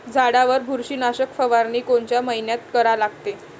झाडावर बुरशीनाशक फवारनी कोनच्या मइन्यात करा लागते?